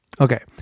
Okay